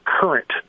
current